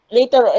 Later